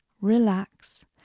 relax